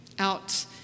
out